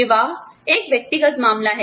विवाह एक व्यक्तिगत मामला है